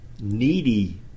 needy